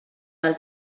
del